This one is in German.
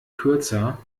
kürzer